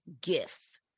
gifts